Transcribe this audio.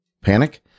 panic